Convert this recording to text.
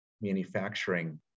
manufacturing